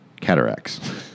cataracts